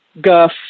guff